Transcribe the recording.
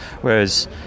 whereas